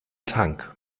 tank